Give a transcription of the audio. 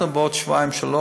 אנחנו בעוד שבועיים-שלושה